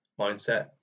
mindset